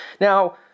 Now